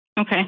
Okay